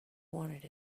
wanted